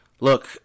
look